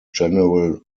general